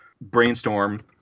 Brainstorm